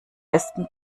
besten